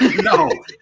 No